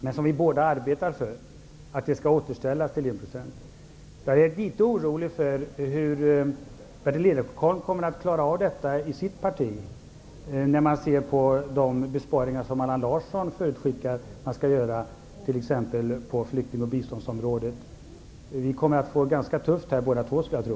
Men vi arbetar båda för en återgång till Jag är litet orolig för hur Berndt Ekholm kommer att klara detta i sitt parti, när man ser på de besparingar som Allan Larsson förutskickar att man skall göra på exempelvis flykting och biståndsområdet. Vi kommer att få det ganska tufft båda två, skulle jag tro.